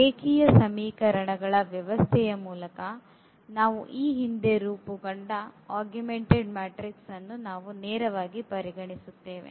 ರೇಖೀಯ ಸಮೀಕರಣಗಳ ವ್ಯವಸ್ಥೆಯ ಮೂಲಕ ನಾವು ಈ ಹಿಂದೆ ರೂಪುಗೊಂಡ ವರ್ಧಿತ ಮ್ಯಾಟ್ರಿಕ್ಸ್ ಅನ್ನು ನಾವು ನೇರವಾಗಿ ಪರಿಗಣಿಸುತ್ತೇವೆ